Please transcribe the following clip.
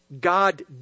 God